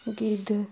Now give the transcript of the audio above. गिद्ध